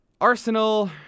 Arsenal